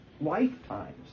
lifetimes